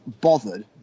bothered